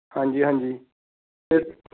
ਹਾਂਜੀ ਹਾਂਜੀ ਜੇ